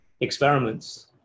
experiments